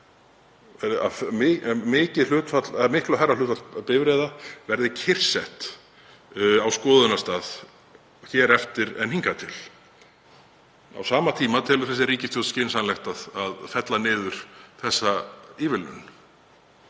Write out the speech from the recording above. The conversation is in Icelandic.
gera, miklu hærra hlutfall bifreiða verði kyrrsett á skoðunarstað hér eftir en hingað til. Á sama tíma telur þessi ríkisstjórn skynsamlegt að fella niður þessa ívilnun.